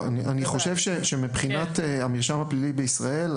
אני חושב שמבחינת המרשם הפלילי בישראל,